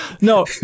No